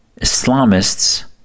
Islamists